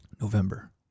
November